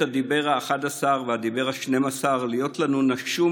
הדיבר האחד-עשר והדיבר השנים-עשר / להיות לנו נשום